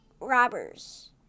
robbers